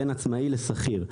בין עצמאי לשכיר.